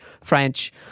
French